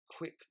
Quick